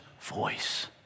voice